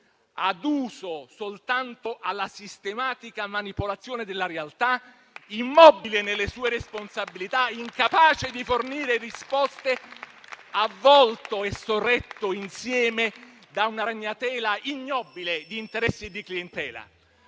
aduso soltanto alla sistematica manipolazione della realtà, immobile nelle sue responsabilità, incapace di fornire risposte, avvolto e sorretto insieme da una ragnatela ignobile di interessi e di clientele.